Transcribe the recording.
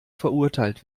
verurteilt